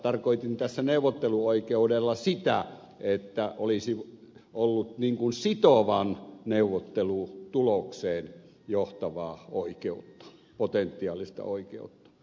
tarkoitin tässä neuvotteluoikeudella sitä että olisi ollut sitovaan neuvottelutulokseen johtavaa oikeutta potentiaalista oikeutta